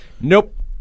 nope